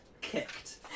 kicked